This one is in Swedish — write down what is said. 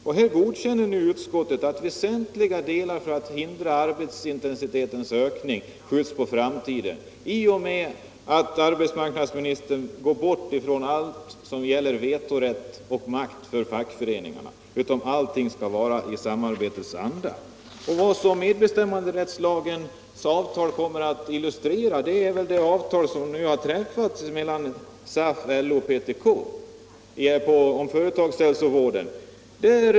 Utskottet godkänner nu att väsentliga regler för att förhindra en ökning av arbetsintensiteten skjuts på framtiden och accepterar arbetsmarknadsministerns förslag i vilket han går ifrån allt som gäller vetorätt och makt för fackföreningarna — allt skall ske i samarbetets anda. Vad medbestämmanderättslagens avtal kommer att innebära illustreras av det avtal som nu har träffats mellan SAF, LO och PTK om. företagshälsovården.